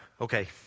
Okay